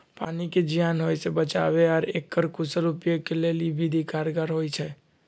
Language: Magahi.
पानी के जीयान होय से बचाबे आऽ एकर कुशल उपयोग के लेल इ विधि कारगर होइ छइ